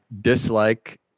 dislike